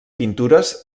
pintures